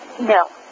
No